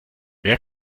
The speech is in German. wer